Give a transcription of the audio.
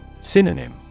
Synonym